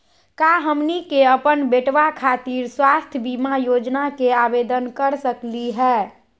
का हमनी के अपन बेटवा खातिर स्वास्थ्य बीमा योजना के आवेदन करे सकली हे?